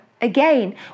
Again